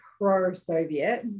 pro-Soviet